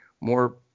more